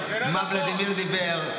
מה ולדימיר דיבר.